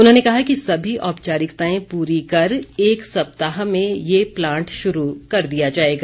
उन्होंने कहा कि सभी औपचारिकताएं पूरी कर एक सप्ताह में ये प्लांट शुरू कर दिया जाएगा